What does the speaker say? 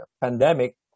pandemic